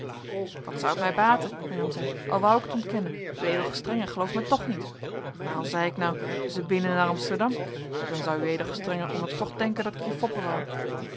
wat zou het mij baten hernam zij al wou ik het ontkennen uw ed gestr gelooft mij toch niet maar al zei ik nou ze binnen naar amsterdam dan zou uw ed gestr ommers toch denken dat ik je foppen wou